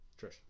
Trish